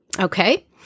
Okay